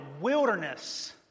wilderness